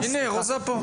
הינה, רוזה פה.